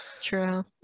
True